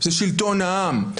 זה שלטון העם,